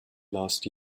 last